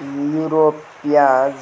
यूरोपीय